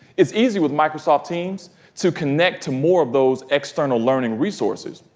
it's easy with microsoft teams to connect to more of those external learning resources.